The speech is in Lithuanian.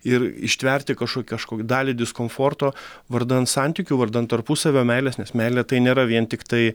ir ištverti kažkokią kažkokią dalį diskomforto vardan santykių vardan tarpusavio meilės nes meilė tai nėra vien tiktai